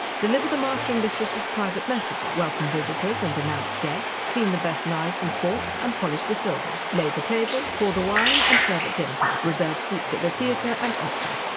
deliver the master and mistress's private messages. welcome visitors and announce guests. clean the best knives and forks and polish the silver. lay the table. pour the wine and serve at dinner parties. reserve seats at the theatre and opera.